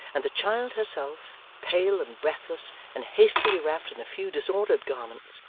and the child herself, pale and breathless, and hastily wrapped in a few disordered garments,